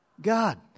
God